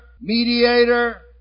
mediator